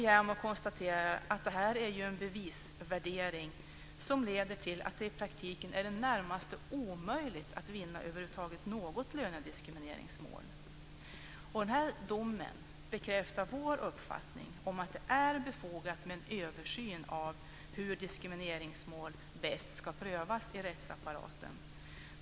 JämO konstaterar att detta är en bevisvärdering som leder till att det i praktiken är i det närmaste omöjligt att vinna något lönediskrimineringsmål. Domen bekräftar vår uppfattning om att det är befogat med en översyn av hur diskrimineringsmål bäst ska prövas i rättsapparaten.